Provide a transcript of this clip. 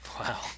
Wow